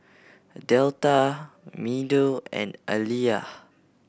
Delta Meadow and Aleah